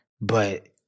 but-